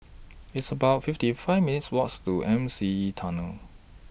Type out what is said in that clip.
It's about fifty one minutes' Walk to M C E Tunnel